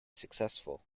successful